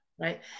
right